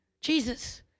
Jesus